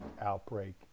outbreak